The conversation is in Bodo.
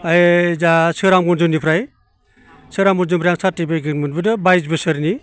ओमफाय जाहा सोरां मनजुनिफ्राय सोरजां मनजुनिफ्राय आं सारटिफिकेट मोनबोदों बाय्स बोसोरनि